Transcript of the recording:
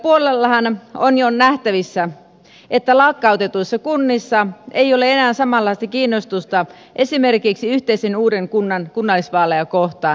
maallisella puolellahan on jo nähtävissä että lakkautetuissa kunnissa ei ole enää samanlaista kiinnostusta esimerkiksi yhteisen uuden kunnan kunnallisvaaleja kohtaan